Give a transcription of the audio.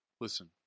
Listen